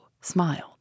smiled